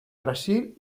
brasil